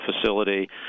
facility